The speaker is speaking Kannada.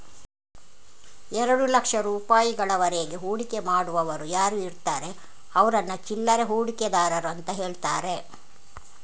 ಎರಡು ಲಕ್ಷ ರೂಪಾಯಿಗಳವರೆಗೆ ಹೂಡಿಕೆ ಮಾಡುವವರು ಯಾರು ಇರ್ತಾರೆ ಅವ್ರನ್ನ ಚಿಲ್ಲರೆ ಹೂಡಿಕೆದಾರರು ಅಂತ ಹೇಳ್ತಾರೆ